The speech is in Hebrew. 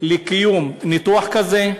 לקיום ניתוח כזה,